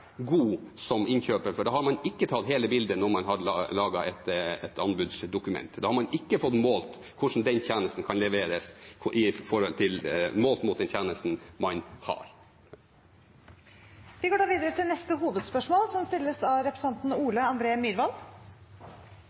tatt hele bildet når man har laget et anbudsdokument. Da har man ikke fått målt hvordan den tjenesten kan leveres, målt mot den tjenesten man har. Vi går da videre til neste hovedspørsmål. «Det er naudsynt med auka produksjon av